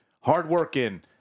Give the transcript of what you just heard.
hard-working